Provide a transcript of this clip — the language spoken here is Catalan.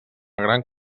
gran